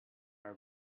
are